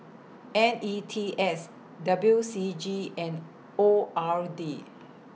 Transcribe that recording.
N E T S W C G and O R D